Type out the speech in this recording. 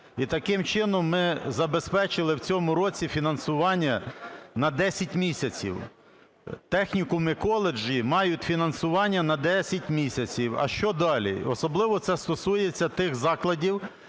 І таким чином ми забезпечили в цьому році фінансування на 10 місяців. Технікуми, коледжі мають фінансування на 10 місяців, а що далі? Особливо це стосується тих закладів